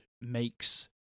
makes